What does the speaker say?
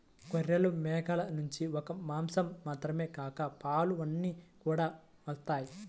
గొర్రెలు, మేకల నుంచి ఒక్క మాసం మాత్రమే కాక పాలు, ఉన్ని కూడా వత్తయ్